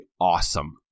awesome